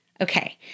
Okay